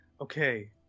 Okay